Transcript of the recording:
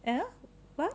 !huh! what